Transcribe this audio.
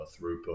throughput